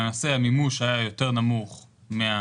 המימוש היה יותר נמוך.